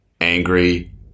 angry